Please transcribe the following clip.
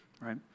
right